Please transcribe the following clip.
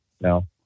no